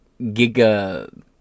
giga